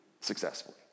successfully